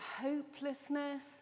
hopelessness